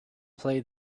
play